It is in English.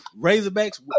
Razorbacks